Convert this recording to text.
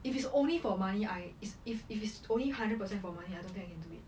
if it's only for money I if it's if it's only hundred percent for money I don't think I can do it